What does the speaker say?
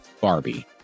Barbie